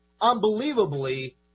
unbelievably